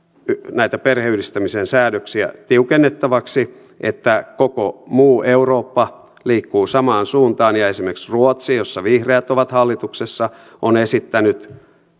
näitä perheenyhdistämisen säädöksiä tiukennettaviksi että koko muu eurooppa liikkuu samaan suuntaan ja esimerkiksi ruotsi jossa vihreät ovat hallituksessa on esittänyt